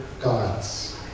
gods